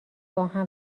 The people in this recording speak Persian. باهم